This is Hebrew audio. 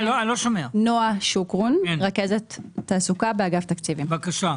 בבקשה.